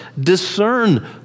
discern